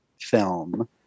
film